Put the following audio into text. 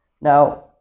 Now